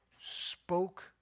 spoke